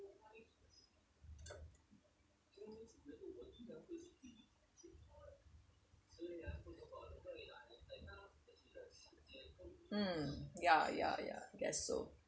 mm ya ya ya ya I guess so